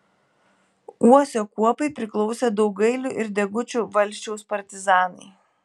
uosio kuopai priklausė daugailių ir degučių valsčiaus partizanai